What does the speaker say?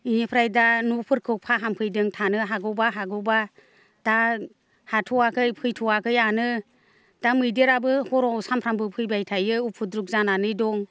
बेनिफ्राय दा न'फोरखौ फाहाम फैदों थानो हागौबा हागौबा दा हाथ'आखै फैथ'आखैआनो दा मैदेराबो हराव सामफ्रामबो फैबाय थायो उफुद्रुख जानानै दं